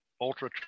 ultra